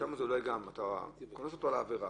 אתה קונס אותו על העבירה,